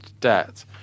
debt